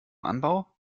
anbau